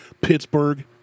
Pittsburgh